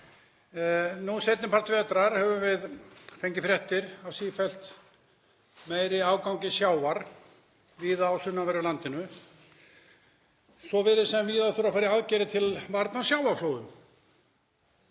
Nú seinni part vetrar höfum við fengið fréttir af sífellt meiri ágangi sjávar víða á sunnanverðu landinu. Svo virðist sem víða þurfi að fara í aðgerðir til varnar sjávarflóðum.